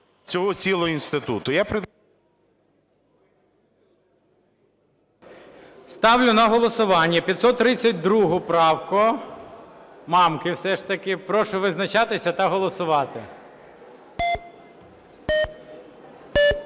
цього цілого інституту…